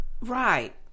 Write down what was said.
Right